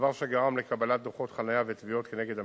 דבר שגרם לקבלת דוחות חנייה ותביעות כנגד המשרד,